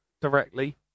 directly